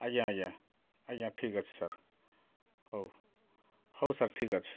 ଆଜ୍ଞା ଆଜ୍ଞା ଆଜ୍ଞା ଠିକ୍ ଅଛି ସାର୍ ହଉ ହଉ ସାର୍ ଠିକ୍ ଅଛି